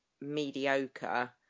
mediocre